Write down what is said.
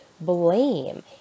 blame